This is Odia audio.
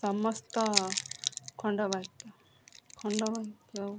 ସମସ୍ତ ଖଣ୍ଡବାକ୍ୟ ଖଣ୍ଡବାକ୍ୟ